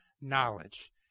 knowledge